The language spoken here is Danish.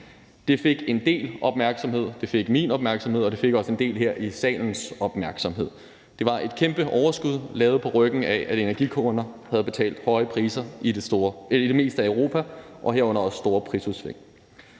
Det fik en del opmærksomhed, det fik min opmærksomhed, og det fik også en del her i salens opmærksomhed. Det var et kæmpe overskud lavet på ryggen af, at energikunder havde betalt høje priser i det meste af Europa og herunder også store prisudsving.